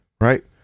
right